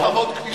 גם הדרישות.